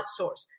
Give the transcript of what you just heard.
outsource